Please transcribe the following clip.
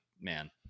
man